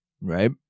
Right